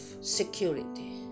security